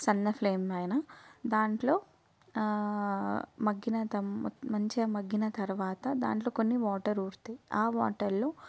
సన్న ఫ్లేమ్ లో అయినా దాంట్లో మగ్గిన త మంచిగ మగ్గిన తరువాత దాంట్లో కొన్ని వాటర్ ఊరుతాయి ఆ వాటర్లో